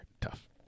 tough